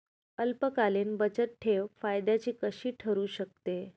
अल्पकालीन बचतठेव फायद्याची कशी ठरु शकते?